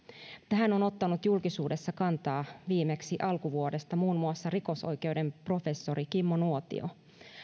tähän on ottanut julkisuudessa kantaa viimeksi alkuvuodesta muun muassa rikosoikeuden professori kimmo nuotio